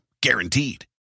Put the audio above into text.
guaranteed